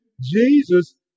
Jesus